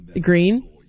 Green